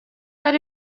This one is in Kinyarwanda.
ari